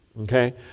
okay